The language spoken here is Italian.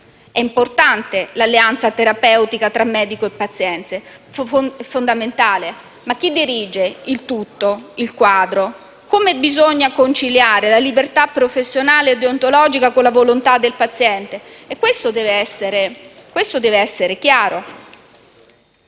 È importante l'alleanza terapeutica tra medico e paziente, fondamentale, ma chi dirige il tutto, il quadro? Come bisogna conciliare la libertà professionale e deontologica con la volontà del paziente? Questo deve essere chiaro.